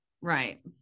right